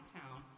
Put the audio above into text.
town